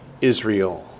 Israel